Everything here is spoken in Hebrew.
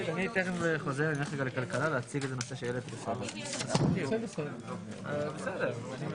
בשעה 11:30.